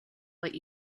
what